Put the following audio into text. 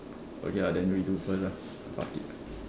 okay lah then we do first lah fuck it